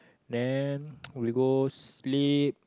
then we go sleep